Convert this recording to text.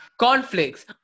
Conflicts